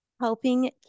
helping